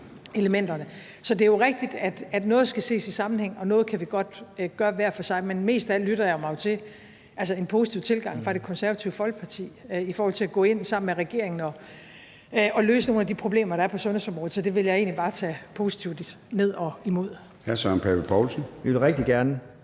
Så det er jo rigtigt, at noget skal ses i sammenhæng, og at noget kan vi godt gøre hver for sig. Men mest af alt lytter jeg mig jo til en positiv tilgang fra Det Konservative Folkepartis side i forhold til at gå ind sammen med regeringen og løse nogle af de problemer, der er på sundhedsområdet. Så det vil jeg egentlig bare tage positivt ned og imod.